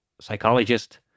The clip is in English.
psychologist